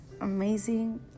amazing